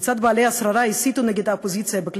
כיצד בעלי השררה הסיתו נגד האופוזיציה בכלי